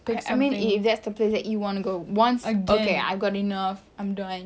but I mean if that's the place you want to go once okay I got enough I'm done